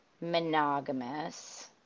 monogamous